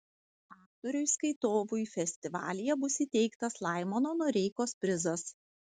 aktoriui skaitovui festivalyje bus įteiktas laimono noreikos prizas